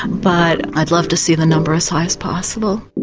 but i'd love to see the number as high as possible.